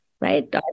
right